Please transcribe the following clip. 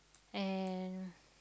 and